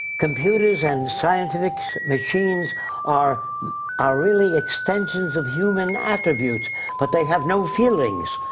computers and scientific machines are are really extensions of human attributes but they have no feelings.